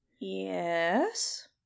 Yes